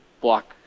block